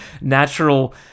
natural